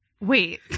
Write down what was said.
wait